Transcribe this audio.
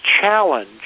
challenge